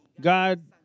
God